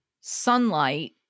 sunlight